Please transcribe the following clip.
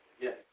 Yes